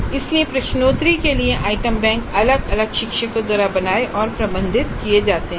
इसलिए प्रश्नोत्तरी के लिए आइटम बैंक अलग अलग शिक्षकों द्वारा बनाए और प्रबंधित किए जाते हैं